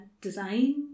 design